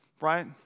right